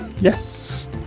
Yes